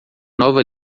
nova